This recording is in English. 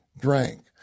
drank